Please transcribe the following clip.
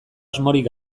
asmorik